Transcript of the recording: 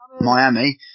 Miami